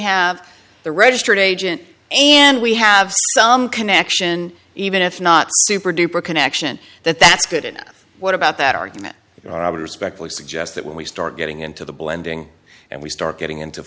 have the registered agent and we have some connection even if not super duper connection that that's good enough what about that argument you know i would respectfully suggest that when we start getting into the blending and we start getting into